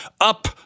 Up